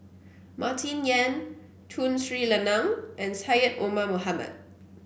Martin Yan Tun Sri Lanang and Syed Omar Mohamed